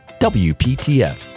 WPTF